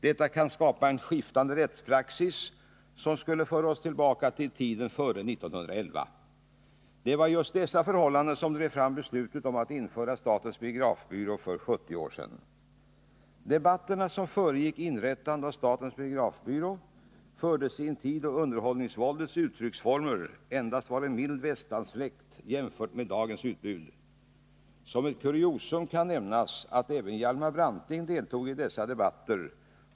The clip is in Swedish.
Detta kan skapa en skiftande rättspraxis, som skulle föra oss tillbaka till tiden före 1911. Det var just dessa förhållanden som drev fram beslutet att införa statens biografbyrå för 70 år sedan. Debatterna som föregick inrättandet av statens biografbyrå fördes i en tid då underhållningsvåldets uttrycksformer endast var en mild västanfläkt jämfört med dagens utbud. Som ett kuriosum kan nämnas att även Hjalmar Branting deltog i dessa debatter.